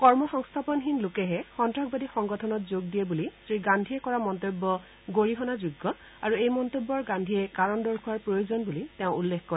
কৰ্মসংস্থাপনহীন লোকেহে সন্তাসবাদী সংগঠনত যোগ দিয়ে বুলি শ্ৰী গান্ধীয়ে কৰা মন্তব্য গৰিহণাযোগ্য আৰু এই মন্তব্যৰ গান্ধীয়ে কাৰণ দৰ্শোৱাৰ প্ৰয়োজন বুলি তেওঁ উল্লেখ কৰে